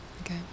Okay